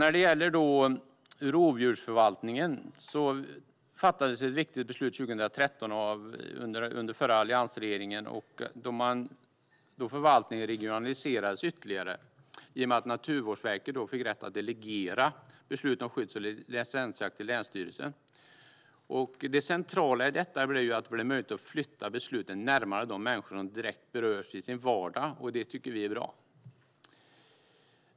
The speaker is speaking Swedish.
När det gäller rovdjursförvaltningen fattades ett viktigt beslut 2013 under alliansregeringen då förvaltningen regionaliserades ytterligare i och med att Naturvårdsverket fick rätt att delegera beslut om skydds eller licensjakt till länsstyrelsen. Det centrala i detta blev att det blev möjligt att flytta besluten närmare de människor som direkt berörs i sin vardag, och det tycker vi är bra.